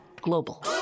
global